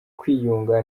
kwiyunga